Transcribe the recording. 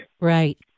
Right